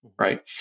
right